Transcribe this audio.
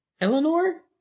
Eleanor